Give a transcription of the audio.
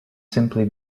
simply